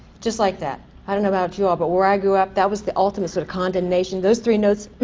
just like that. i don't know about you all but where i grew up that was the ultimate sort of condemnation those three notes